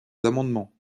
amendements